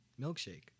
Milkshake